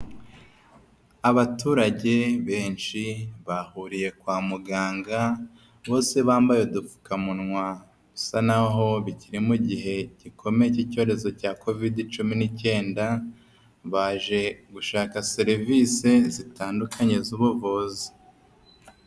Abaturage benshi bahuriye kwa muganga, bose bambaye udupfukamunwa, bisa naho bikiri mu igihe gikomeye k'icyorezo cya Kovide cumi n'icyenda, baje gushaka serivisi zitandukanye z'ubuvuzi.